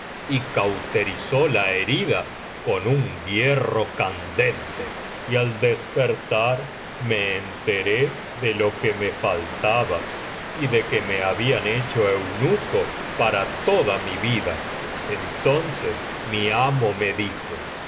y cauterizó la herida con un hierro candente y al despertar me enteré de lo que rae faltaba y de que me habían hecho eunuco para toda mi vida entonces mi amo me dijo así